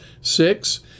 six